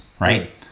right